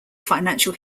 financial